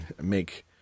make